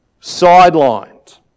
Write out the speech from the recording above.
sidelined